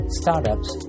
startups